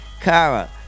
Kara